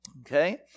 okay